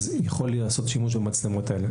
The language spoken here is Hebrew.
יכולים לעשות שימוש במצלמות האלה.